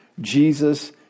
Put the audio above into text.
Jesus